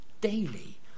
daily